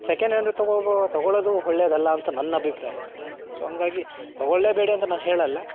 second hand ತೊಗೊಬೋ ತೊಗೊಳೋದು ಒಳ್ಳೆದಲ್ಲ ಅಂತ ನನ್ನ ಅಭಿಪ್ರಾಯ ಸೊ ಹಂಗಾಗಿ ತೊಗೊಳ್ಳಲೇಬೇಡಿ ಅಂತ ನಾ ಹೇಳಲ್ಲ